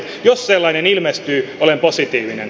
jos sellainen ilmestyy olen positiivinen